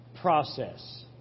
process